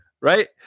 right